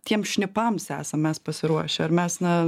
tiems šnipams esam mes pasiruošę ar mes na